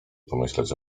pomyśleć